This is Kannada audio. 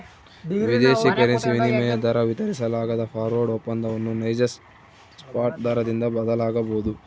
ವಿದೇಶಿ ಕರೆನ್ಸಿ ವಿನಿಮಯ ದರ ವಿತರಿಸಲಾಗದ ಫಾರ್ವರ್ಡ್ ಒಪ್ಪಂದವನ್ನು ನೈಜ ಸ್ಪಾಟ್ ದರದಿಂದ ಬದಲಾಗಬೊದು